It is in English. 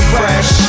fresh